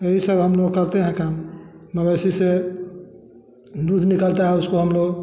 ये सब हम लोग करते है काम मबेसी से नियुज निकलता है उसको हम लोग